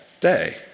day